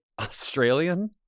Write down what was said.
Australian